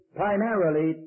primarily